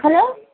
hello